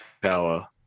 power